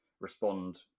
respond